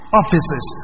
offices